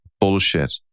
bullshit